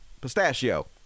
pistachio